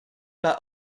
pas